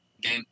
game